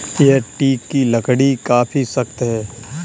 यह टीक की लकड़ी काफी सख्त है